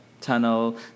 tunnel